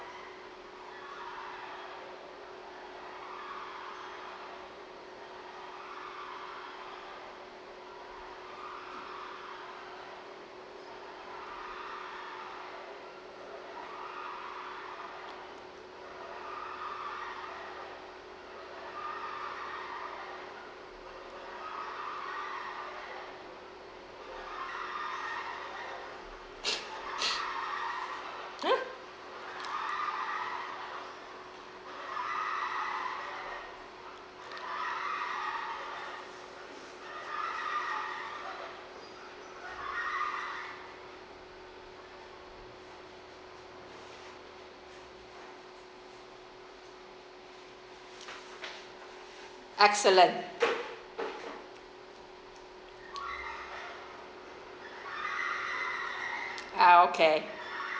!huh! excellent uh okay